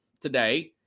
today